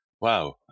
wow